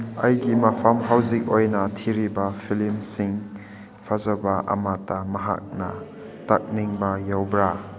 ꯑꯩꯒꯤ ꯃꯐꯝ ꯍꯧꯖꯤꯛ ꯑꯣꯏꯅ ꯊꯤꯔꯤꯕ ꯐꯤꯂꯝꯁꯤꯡ ꯐꯖꯕ ꯑꯃꯇ ꯃꯍꯥꯛꯅ ꯇꯛꯅꯤꯡꯕ ꯌꯥꯎꯕ꯭ꯔ